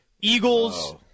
Eagles